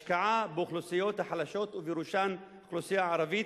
השקעה באוכלוסיות החלשות ובראשן האוכלוסייה הערבית,